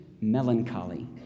melancholy